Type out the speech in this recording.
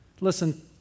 listen